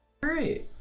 Great